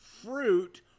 fruit